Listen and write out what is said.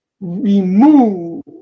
remove